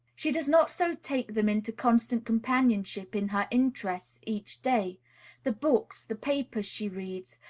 she does not so take them into constant companionship in her interests, each day the books, the papers she reads,